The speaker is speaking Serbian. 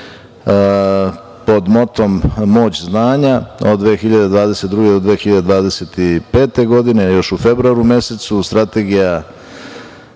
pod motom „Moć znanja“ od 2022. do 2025. godine. Još u februaru mesecu Strategija